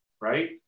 right